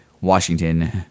Washington